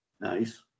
Nice